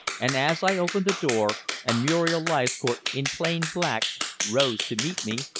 and as i opened the door and muriel leithcourt in plain black rose to meet me,